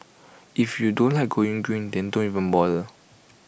if you don't like going green then don't even bother